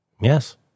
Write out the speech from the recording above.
Yes